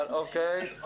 אבל אוקיי.